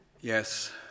Yes